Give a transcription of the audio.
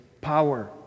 power